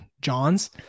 Johns